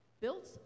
built